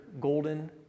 golden